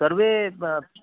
सर्वे